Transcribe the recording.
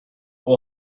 will